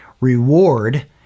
reward